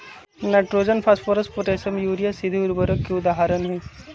nitrogen, phosphorus, potassium, urea सीधे उर्वरक के उदाहरण हई